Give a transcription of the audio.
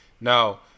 Now